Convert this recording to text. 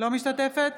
אינו משתתפת